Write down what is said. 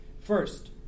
First